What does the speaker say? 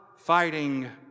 fighting